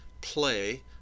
play